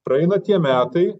praeina tie metai